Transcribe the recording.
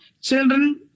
children